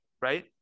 right